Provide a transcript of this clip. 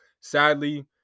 Sadly